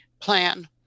plan